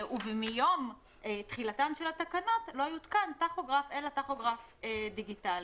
ומיום תחילתן של התקנות לא יותקן טכוגרף אלא טכוגרף דיגיטלי.